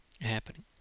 happening